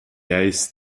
eis